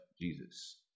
Jesus